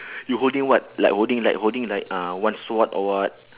you holding what like holding like holding like uh one sword or what